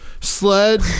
Sled